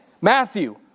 Matthew